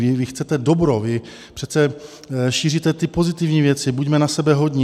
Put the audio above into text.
Vy chcete dobro, vy přece šíříte ty pozitivní věci: buďme na sebe hodní.